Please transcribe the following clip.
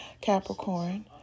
Capricorn